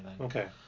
Okay